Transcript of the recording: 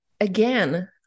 again